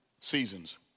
seasons